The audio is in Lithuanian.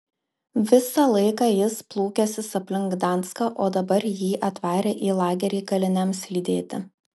visą laiką jis plūkęsis aplink gdanską o dabar jį atvarę į lagerį kaliniams lydėti